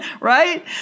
right